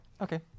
Okay